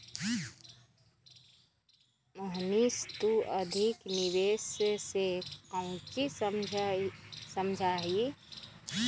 मोहनीश तू अधिक निवेश से काउची समझा ही?